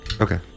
Okay